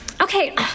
Okay